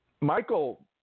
Michael